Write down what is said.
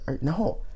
No